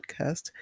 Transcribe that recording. podcast